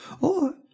or